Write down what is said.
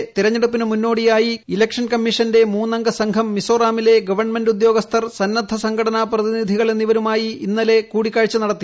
അതിനിടെ തെരഞ്ഞെടുപ്പിന് മുന്നോടിയായി ഇലക്ഷൻ കമ്മീഷന്റെ മൂന്നംഗസംഘം മിസോറാമിലെ ഗവൺമെന്റ് ഉദ്യോഗസ്ഥർ സന്നദ്ധ സംഘടനാ പ്രതിനിധികൾ എന്നിവരുമായി ഇന്നലെ കൂടിക്കാഴ്ച നടത്തി